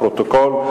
לפרוטוקול.